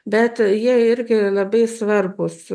bet jie irgi labai svarbūs